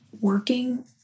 working